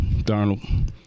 Darnold